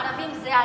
ערבים זה ערבים,